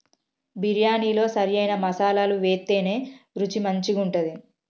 బిర్యాణిలో సరైన మసాలాలు వేత్తేనే రుచి మంచిగుంటది